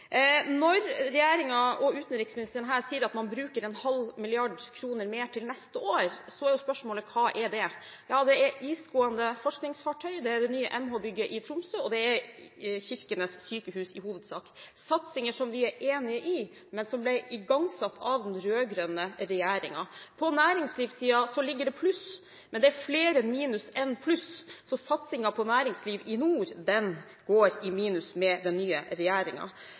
Når regjeringen og utenriksministeren her sier at man bruker en halv milliard kroner mer til neste år, er jo spørsmålet: Hva er det til? Det er til isgående forskningsfartøy, det er til det nye MH-bygget i Tromsø og det er til sykehus i Kirkenes, i hovedsak – satsinger som vi er enige i, men som ble igangsatt av den rød-grønne regjeringen. På næringslivssiden ligger det i pluss, men det er flere minus enn pluss, så satsingen på næringsliv i nord går i minus med den nye